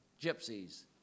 gypsies